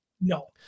no